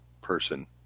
person